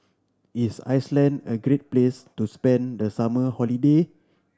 is Iceland a great place to spend the summer holiday